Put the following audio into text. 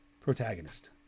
protagonist